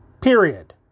Period